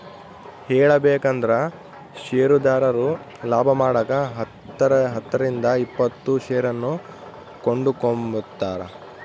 ಹೇಳಬೇಕಂದ್ರ ಷೇರುದಾರರು ಲಾಭಮಾಡಕ ಹತ್ತರಿಂದ ಇಪ್ಪತ್ತು ಷೇರನ್ನು ಕೊಂಡುಕೊಂಬ್ತಾರ